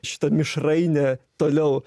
šitą mišrainę toliau